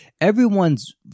everyone's